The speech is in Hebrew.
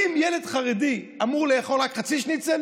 האם ילד חרדי אמור לאכול רק חצי שניצל?